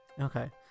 okay